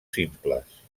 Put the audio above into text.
simples